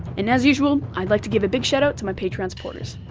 and as usual, i'd like to give a big shout-out to my patreon supporters.